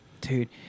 Dude